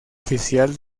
oficial